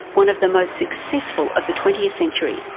one of the most successful of the twentieth century,